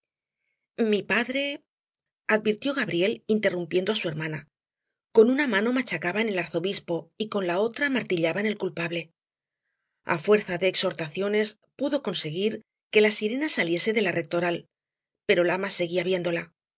mi padre advirtió gabriel interrumpiendo á su hermana con una mano machacaba en el arzobispo y con la otra martillaba en el culpable a fuerza de exhortaciones pudo conseguir que la sirena saliese de la rectoral pero lamas seguía viéndola